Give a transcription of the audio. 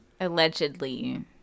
Allegedly